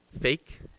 fake